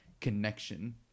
connection